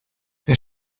der